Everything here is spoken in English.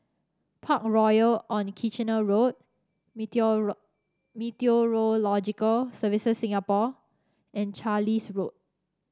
Parkroyal on Kitchener Road Meteorological Services Singapore and Carlisle Road